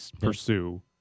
pursue